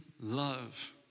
love